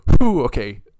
okay